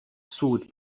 سود